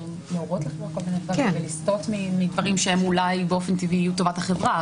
שהם אולי באופן טבעי יהיו לטובת החברה,